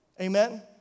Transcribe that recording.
Amen